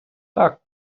так